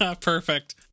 Perfect